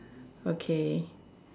okay